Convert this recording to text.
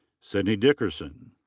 sydney dickerson.